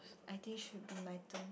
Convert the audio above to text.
I think should be my turn